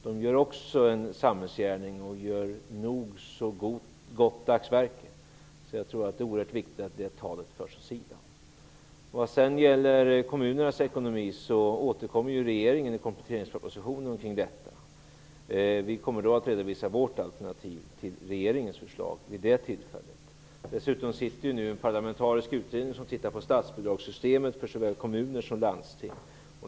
De gör också en samhällsgärning och nog så goda dagsverken. Det är oerhört viktigt att det talet förs åt sidan. Vidare har vi frågan om kommunernas ekonomi. Regeringen skall återkomma i kompletteringspropositionen i denna fråga. Vi kommer vid det tillfället att redovisa vårt alternativ till regeringens förslag. Dessutom finns det en parlamentarisk utredning som nu ser över statsbidragssystemet för såväl kommuner som landsting.